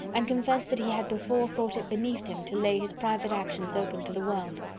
and confessed that he had before thought it beneath him to lay his private actions open to the world.